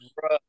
bro